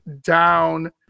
down